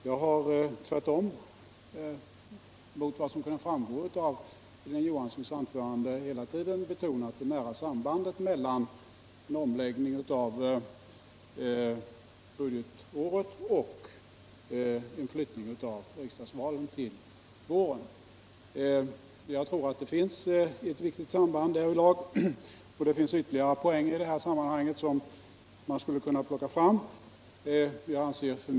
Jag har tvärtemot vad som kunde framgå av Hilding Johanssons anförande hela tiden betonat det nära sambandet mellan en omläggning av budgetåret och en flyttning av riksdagsvalen till våren. Jag tror att det finns ett viktigt samband därvidlag. Ytterligare poäng skulle kunna plockas fram i detta sammanhang.